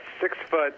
six-foot